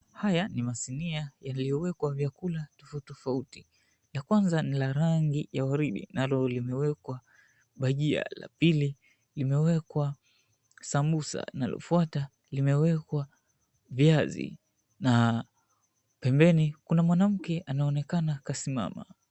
Haya ni masinia yaliyowekwa vyakula tofauti tofauti la kwanza ni la rangi ya waridi nalo limewekwa bhajia la pili limewekwa sambusa linalofuata limewekwa viazi na pembeni kuna mwanamke anaonekana kasimama.